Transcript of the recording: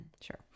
Sure